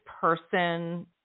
person